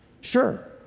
Sure